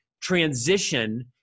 transition